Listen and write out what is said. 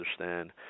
understand